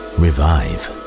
revive